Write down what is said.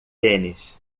tênis